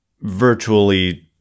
virtually